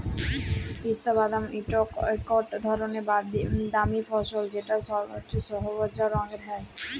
পিস্তা বাদাম ইকট ধরলের দামি ফসল যেট সইবজা রঙের হ্যয়